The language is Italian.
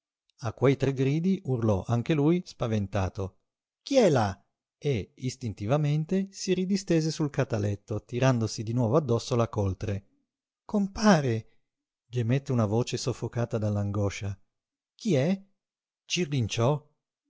a quei tre gridi urlò anche lui spaventato chi è là e istintivamente si ridistese sul cataletto tirandosi di nuovo addosso la coltre compare gemette una voce soffocata dall'angoscia chi è